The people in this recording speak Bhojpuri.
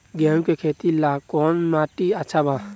गेहूं के खेती ला कौन माटी अच्छा बा?